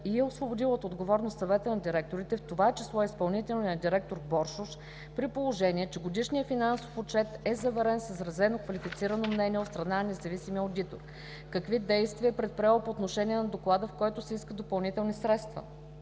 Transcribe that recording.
и е освободила от отговорност Съвета на директорите, в това число и изпълнителния директор Боршош, при положение, че годишният финансов отчет е заверен с изразено квалифицирано мнение от страна на независимия одитор; какви действия е предприела по отношение на доклада, в който се искат допълнителни средства;